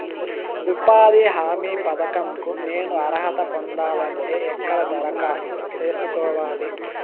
ఉపాధి హామీ పథకం కు నేను అర్హత పొందాలంటే ఎక్కడ దరఖాస్తు సేసుకోవాలి?